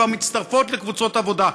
כבר מצטרפות לקבוצות עבודה,